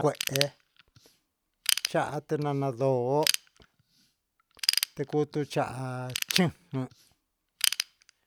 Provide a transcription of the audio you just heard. Kue'e cha'a tenana ndo'ó tekutucha'a chén jun.